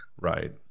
right